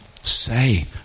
say